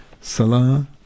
Salah